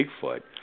Bigfoot